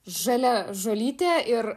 žalia žolytė ir